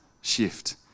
shift